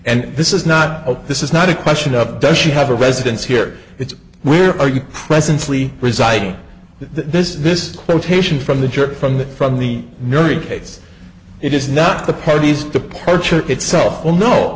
and this is not this is not a question of does she have a residence here it's where are you presently residing this this quotation from the church from the from the nursery case it is not the parties departure itself will kno